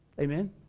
Amen